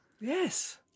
Yes